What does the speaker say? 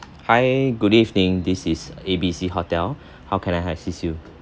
hi good evening this is A B C hotel how can I assist you